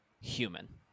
human